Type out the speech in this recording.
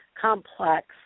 complex